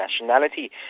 nationality